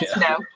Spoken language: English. no